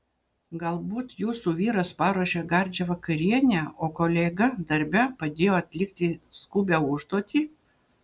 galbūt jūsų vyras paruošė gardžią vakarienę o kolega darbe padėjo atlikti skubią užduotį